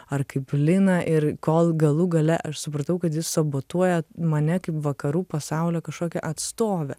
ar kaip liną ir kol galų gale aš supratau kad jis sabotuoja mane kaip vakarų pasaulio kažkokią atstovę